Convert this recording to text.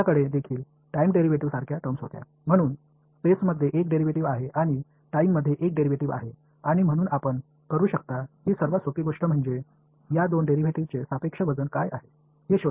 அவற்றுக்கு time derivative போன்ற சொற்களும் இருந்தன எனவே ஸ்பேஸில் ஒரு டிரைவேடிவ் உள்ளது மற்றும் நேரத்தில் ஒரு டிரைவேடிவ் உள்ளது எனவே இந்த இரண்டு டிரைவேடிவ்களை ஒப்பீட்டு எடை என்ன என்பதைக் கண்டுபிடிப்பதே நீங்கள் செய்யக்கூடிய எளிய விஷயம்